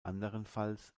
anderenfalls